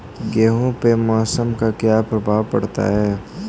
गेहूँ पे मौसम का क्या प्रभाव पड़ता है?